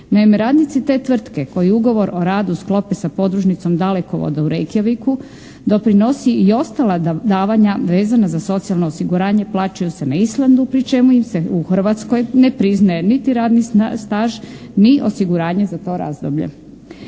radnici te tvrtke koji ugovor o radu sklope sa podružnicom "Dalekovoda" u Rejkjaviku doprinosi i ostala davanja vezana za socijalno osiguranje, plaćaju se na Islandu pri čemu im se u Hrvatskoj ne priznaje niti radni staž ni osiguranje za to razdoblje.